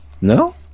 No